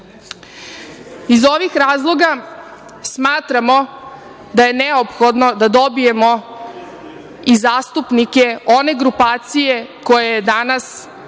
ovih razloga smatramo da je neophodno da dobijemo i zastupnike one grupacije koje je danas